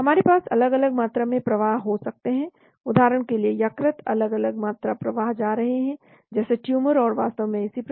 हमारे पास अलग अलग मात्रा में प्रवाह हो सकते हैं उदाहरण के लिए यकृत अलग अलग मात्रा प्रवाह जा रहे हैं जैसे ट्यूमर और वास्तव में इसी प्रकार